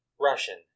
Russian